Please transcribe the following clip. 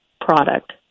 product